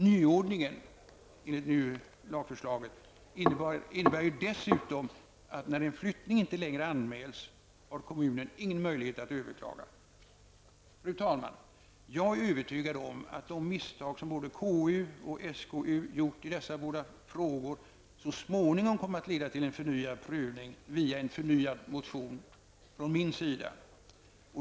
Nyordningen enligt lagförslaget innebär dessutom att när en flyttning inte längre anmäls har kommunen ingen möjlighet att överklaga. Fru talman! Jag är övertygad om att de misstag som både KU och SkU gjort i dessa båda frågor så småningom kommer att leda till förnyad prövning via en förnyad motion från min sida.